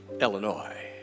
illinois